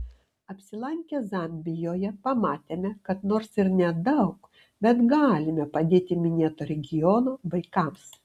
apsilankę zambijoje pamatėme kad nors ir nedaug bet galime padėti minėto regiono vaikams